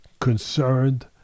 concerned